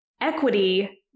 equity